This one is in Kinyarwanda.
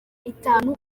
itanu